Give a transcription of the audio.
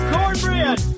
Cornbread